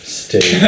stay